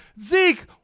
Zeke